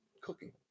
cooking